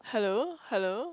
hello